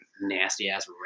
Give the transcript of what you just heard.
nasty-ass